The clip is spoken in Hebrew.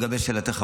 לגבי שאלתך,